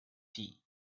tea